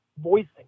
voicing